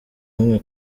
bumwe